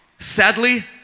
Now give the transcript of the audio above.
Sadly